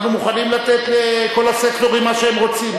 אנחנו מוכנים לתת לכל הסקטורים מה שהם רוצים.